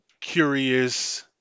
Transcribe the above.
curious